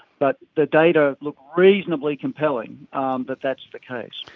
but the data looks reasonably compelling um that that's the case.